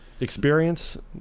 experience